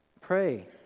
Pray